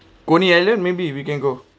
coney island maybe we can go